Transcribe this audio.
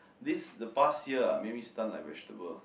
this the past year ah make me stun like vegetable